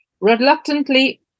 Reluctantly